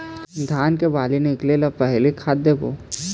धान के बाली निकले पहली का खाद देबो?